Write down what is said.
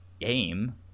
game